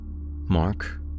Mark